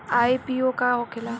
IPO का होखेला?